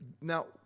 now